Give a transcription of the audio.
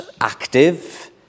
active